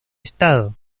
estado